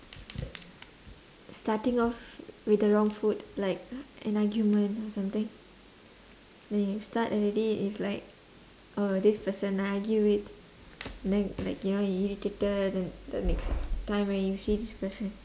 starting off with the wrong foot like an argument or something then you start already is like oh this person argue with then like you know you irritated then the next time when you see this person